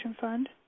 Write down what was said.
fund